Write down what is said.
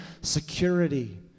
security